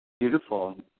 Beautiful